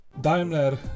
Daimler